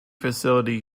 facility